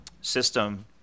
system